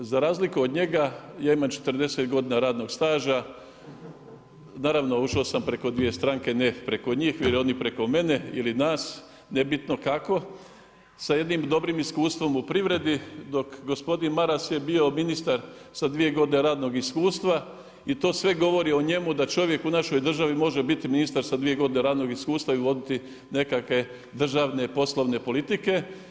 Za razliku od njega, ja imam 40 godina radnog staža, naravno, ušao sam preko 2 stranke, ne preko njih ili oni preko mene ili nas, nebitno kako, sa jednim dobrim iskustvom u privredi, dok gospodin Maras je bio ministar sa 2 godine radnog iskustva i to sve govori o njemu da čovjek u našoj državi može biti ministar sa dvije godine radnog iskustva i voditi nekakve državne poslovne politike.